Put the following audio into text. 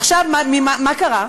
עכשיו, מה קרה?